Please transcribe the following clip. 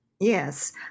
Yes